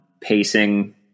pacing